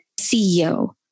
CEO